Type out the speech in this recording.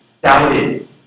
doubted